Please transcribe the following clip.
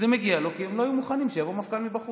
זה מגיע לו כי הם לא היו מוכנים שיבוא מפכ"ל מבחוץ,